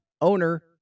owner